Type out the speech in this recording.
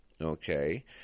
okay